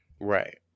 Right